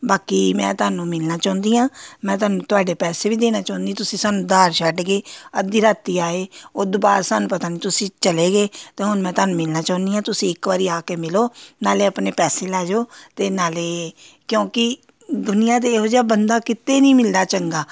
ਬਾਕੀ ਮੈਂ ਤੁਹਾਨੂੰ ਮਿਲਣਾ ਚਾਹੁੰਦੀ ਹਾਂ ਮੈਂ ਤੁਹਾਨੂੰ ਤੁਹਾਡੇ ਪੈਸੇ ਵੀ ਦੇਣਾ ਚਾਹੁੰਦੀ ਤੁਸੀਂ ਸਾਨੂੰ ਉਧਾਰ ਛੱਡ ਗਏ ਅੱਧੀ ਰਾਤੀ ਆਏ ਉਦੋਂ ਬਾਅਦ ਸਾਨੂੰ ਪਤਾ ਨਹੀਂ ਤੁਸੀਂ ਚਲੇ ਗਏ ਅਤੇ ਹੁਣ ਮੈਂ ਤੁਹਾਨੂੰ ਮਿਲਣਾ ਚਾਹੁੰਦੀ ਹਾਂ ਤੁਸੀਂ ਇੱਕ ਵਾਰੀ ਆ ਕੇ ਮਿਲੋ ਨਾਲੇ ਆਪਣੇ ਪੈਸੇ ਲੈ ਜਾਓ ਅਤੇ ਨਾਲੇ ਕਿਉਂਕਿ ਦੁਨੀਆਂ ਦੇ ਇਹੋ ਜਿਹਾ ਬੰਦਾ ਕਿਤੇ ਨਹੀਂ ਮਿਲਦਾ ਚੰਗਾ